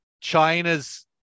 China's